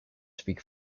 speak